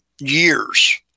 years